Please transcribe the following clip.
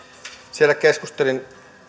siellä keskustelin